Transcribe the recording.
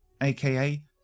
aka